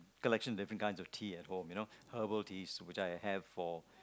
collection of different kinds of tea at home you know herbal teas I have for